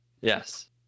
Yes